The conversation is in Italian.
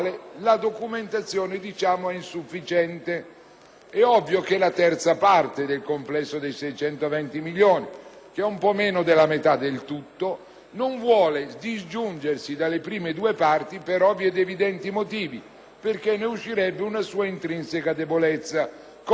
È ovvio che la terza parte del complesso dei 620 milioni, che è un po' meno della metà del tutto, non vuole disgiungersi dalle prime due parti, per ovvii ed evidenti motivi, poiché ne uscirebbe una sua intrinseca debolezza, cosa che peraltro più volte è stata proposta al Governo italiano.